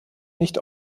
nicht